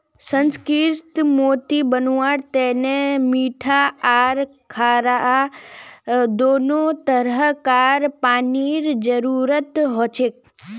सुसंस्कृत मोती बनव्वार तने मीठा आर खारा दोनों तरह कार पानीर जरुरत हछेक